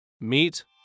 Meet